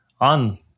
on